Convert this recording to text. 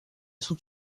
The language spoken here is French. sont